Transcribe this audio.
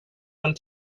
allt